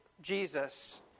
Jesus